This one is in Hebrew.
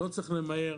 לא צריך למהר.